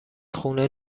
خونه